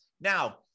Now